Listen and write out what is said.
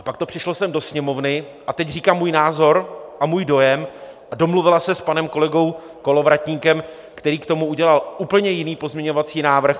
A pak to přišlo sem do Sněmovny, a teď říkám svůj názor a svůj dojem, a domluvila se s panem kolegou Kolovratníkem, který k tomu udělal úplně jiný pozměňovací návrh.